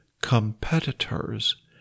competitors